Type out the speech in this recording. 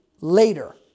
later